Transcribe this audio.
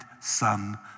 son